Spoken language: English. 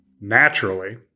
naturally